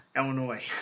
Illinois